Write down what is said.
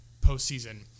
postseason